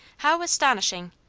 how astonishing!